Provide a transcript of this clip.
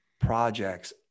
projects